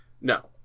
No